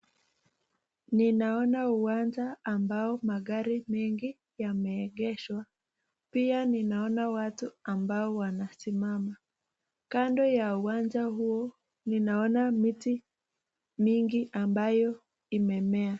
Nina ona uwanja ambao magari mengi yameegeshwa, pia nina ona watu ambao wame simama kando ya uwanja huo, nina ona miti mingi ambayo imemea.